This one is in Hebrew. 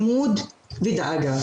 לימוד ודאגה.